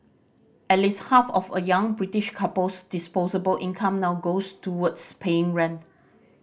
at least half of a young British couple's disposable income now goes towards paying rent